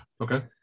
okay